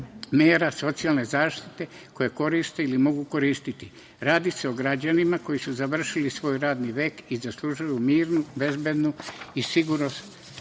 mera socijalne zaštite koju koristi ili mogu koristiti. Radi se o građanima koji su završili svoj radni vek i zaslužuju mirnu, bezbednu i sigurnu